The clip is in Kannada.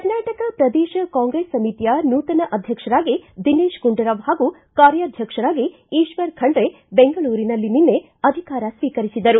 ಕರ್ನಾಟಕ ಪ್ರದೇಶ ಕಾಂಗ್ರೆಸ್ ಸಮಿತಿಯ ನೂತನ ಅಧ್ಯಕ್ಷರಾಗಿ ದಿನೇಶ ಗುಂಡೂರಾವ್ ಹಾಗೂ ಕಾರ್ಯಾಧ್ಯಕ್ಷರಾಗಿ ಕುಶ್ವರ ಖಂಡ್ರೆ ಬೆಂಗಳೂರಿನಲ್ಲಿ ನಿನ್ನೆ ಅಧಿಕಾರ ಸ್ವೀಕರಿಸಿದರು